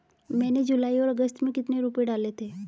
मैंने जुलाई और अगस्त में कितने रुपये डाले थे?